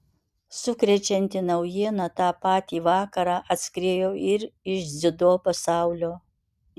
sukrečianti naujiena tą patį vakarą atskriejo ir iš dziudo pasaulio